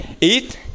eat